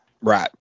Right